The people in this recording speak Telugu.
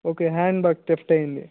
ఓకే హ్యాండ్ బాగ్ తెఫ్ట్ అయ్యింది